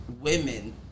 women